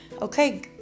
Okay